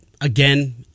again